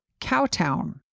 Cowtown